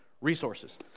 resources